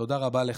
תודה רבה לך.